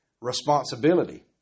responsibility